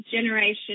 Generation